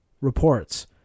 reports